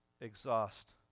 exhaust